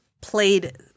played